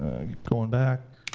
going back.